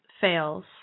fails